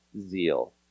zeal